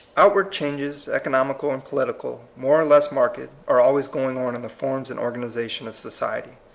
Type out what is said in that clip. outwabd changes, economical and polit ical, more or less marked, are always going on in the forms and organization of society.